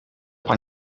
pan